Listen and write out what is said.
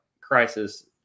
crisis